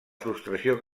frustració